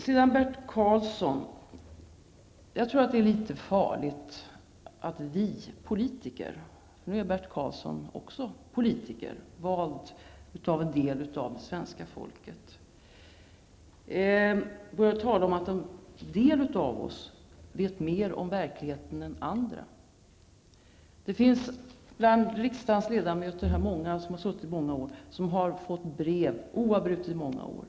Sedan, Bert Karlsson, tror jag att det är litet farligt att vi politiker -- för nu är Bert Karlsson också politiker, vald av en del av svenska folket -- börjar tala om att en del av oss vet mer om verkligheten än andra. Det finns många bland riksdagens ledamöter som har suttit här i många år. De har fått brev oavbrutet i många år.